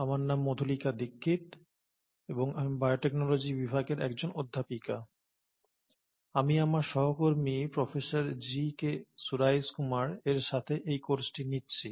আমার নাম মধুলিকা দীক্ষিত এবং আমি বায়োটেকনোলজি বিভাগের একজন অধ্যাপিকা আমি আমার সহকর্মী প্রফেসর জি কে সূরাইস কুমারের সাথে এই কোর্সটি নিচ্ছি